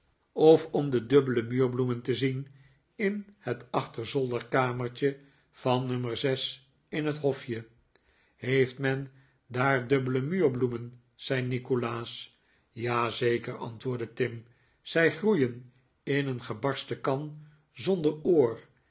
of om de dubbele muurbloemen te zien in het achterzolderkamertje van nummer zes in het hofje heeft men daaf dubbele muurbloemen zei nikolaas ja zeker antwoordde tim zij groeien in een gebarsten kan zonder oor